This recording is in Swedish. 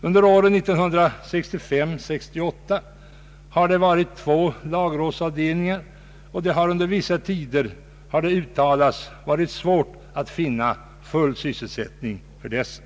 Under åren 1965—1968 har det funnits två lagrådsavdelningar, och det har under vissa tider — har det uttalats — varit svårt att finna full sysselsättning för dessa.